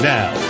Now